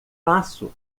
passo